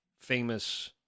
famous